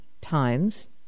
times